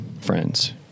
friends